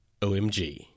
OMG